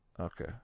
Okay